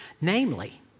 namely